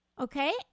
okay